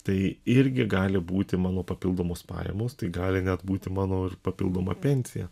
tai irgi gali būti mano papildomos pajamos tai gali net būti mano ir papildoma pensija